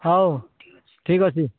ହଉ ଠିକ ଅଛି